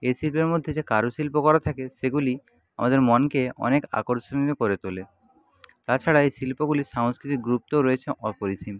এ শিল্পের মধ্যে যে কারুশিল্প করা থাকে সেগুলি আমাদের মনকে অনেক আকর্ষণীয় করে তোলে তাছাড়া এই শিল্পগুলির সাংস্কৃতিক গুরুত্বও রয়েছে অপরিসীম